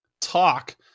talk